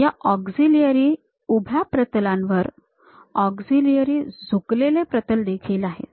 या ऑक्सिलिअरी उभ्या प्रतलांवर ऑक्सिलिअरी झुकलेले प्रतल देखील आहेत